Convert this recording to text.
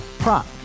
Prop